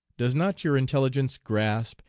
does not your intelligence grasp,